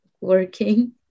working